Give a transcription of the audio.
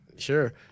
Sure